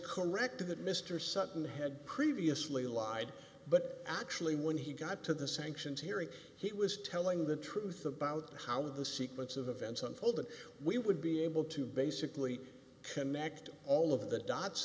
correct that mr sutton had previously lied but actually when he got to the sanctions hearing he was telling the truth about how the sequence of events unfold and we would be able to basically connect all of the dots